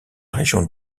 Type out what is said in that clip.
région